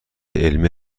علمی